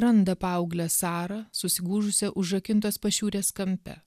randa paauglę sarą susigūžusią užrakintos pašiūrės kampe